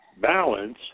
Balance